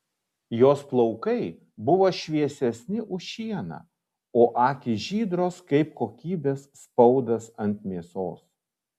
jos plaukai buvo šviesesni už šieną o akys žydros kaip kokybės spaudas ant mėsos